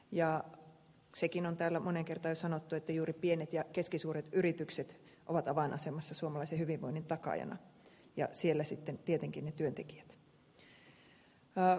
ja sekin on täällä moneen kertaan jo sanottu että juuri pienet ja keskisuuret yritykset ovat avainasemassa suomalaisen hyvinvoinnin takaajana ja siellä sitten tietenkin ne työntekijät